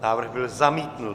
Návrh byl zamítnut.